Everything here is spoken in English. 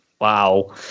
Wow